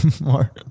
more